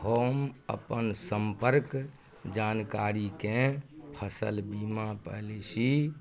हम अपन सम्पर्क जानकारीकेँ फसल बीमा पॉलिसी